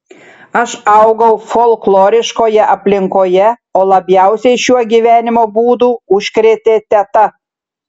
aš augau folkloriškoje aplinkoje o labiausiai šiuo gyvenimo būdu užkrėtė teta